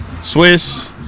Swiss